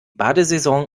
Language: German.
badesaison